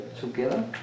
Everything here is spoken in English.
together